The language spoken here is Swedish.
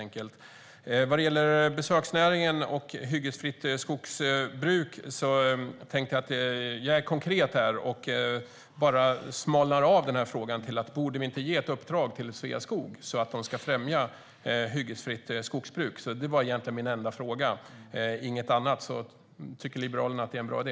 När det gäller besöksnäringen och ett hyggesfritt skogsbruk är jag konkret här och smalnar av frågan: Borde vi inte ge ett uppdrag till Sveaskog, så att de främjar ett hyggesfritt skogsbruk? Det var egentligen min enda fråga. Tycker Liberalerna att det är en bra idé?